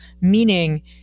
meaning